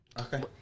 Okay